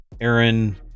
Aaron